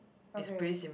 okay